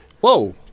Whoa